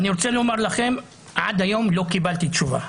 אני רוצה לומר לכם, עד היום לא קיבלתי תשובה.